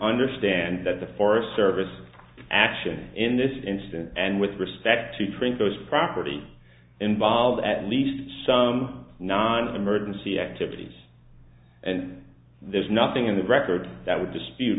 understand that the forest service action in this instance and with respect to treat those property involves at least nine of emergency activities and there's nothing in the record that would dispute